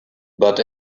but